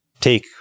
take